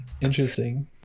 interesting